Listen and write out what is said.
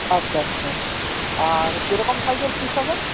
আচ্ছা আচ্ছা আর কীরকম সাইজের পিস হবে